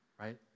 right